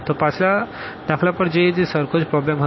તો પાછલા દાખલા પર જઈએ જે સરખો જ પ્રોબ્લેમ હતો